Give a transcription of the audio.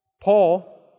Paul